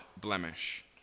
blemish